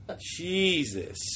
Jesus